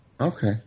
Okay